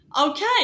Okay